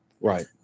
Right